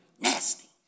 Nasty